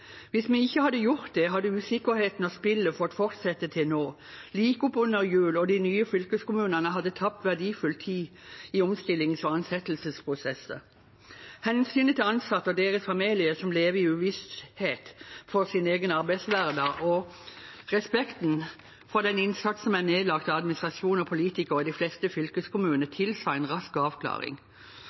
Hvis vi ikke hadde gjort det, hadde usikkerheten og spillet fått fortsette til nå, like oppunder jul, og de nye fylkeskommunene hadde tapt verdifull tid i omstillings- og ansettelsesprosesser. Hensynet til ansatte og deres familier som lever i uvisshet om sin egen arbeidshverdag, og respekten for den innsats som er nedlagt av administrasjon og politikere i de fleste fylkeskommuner, tilsa en rask avklaring.